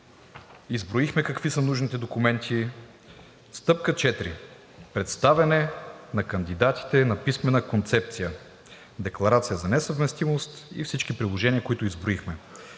Изброихме какви са нужните документи. Стъпка 4 – представяне на кандидатите на писмена концепция, декларация за несъвместимост и всички приложения, които изброихме.